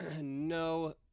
No